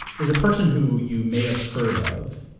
there's a person who you may have heard of,